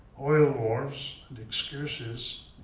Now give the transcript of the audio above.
oil wars, and excuses.